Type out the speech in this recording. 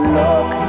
look